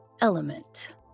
element